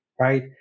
right